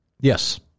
Yes